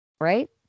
Right